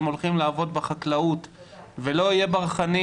הם הולכים לעבוד בחקלאות ולא יהיו ברחנים